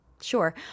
Sure